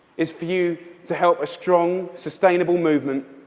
is for you to help a strong, sustainable movement